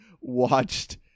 watched